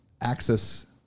access